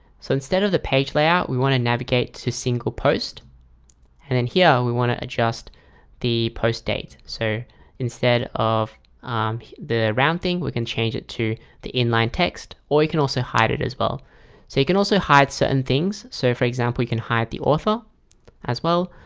so instead of the page layout we want to navigate to single post and then here we want to adjust the post date. so instead of the round thing we can change it to the inline text or you can also hide it as well so you can also hide certain things so for example you can hide the author as well,